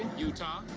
utah.